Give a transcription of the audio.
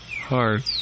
Hard